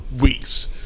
weeks